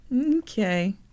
Okay